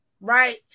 Right